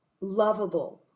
lovable